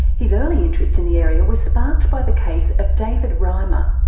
his early interest in the area was sparked by the case of david reimer,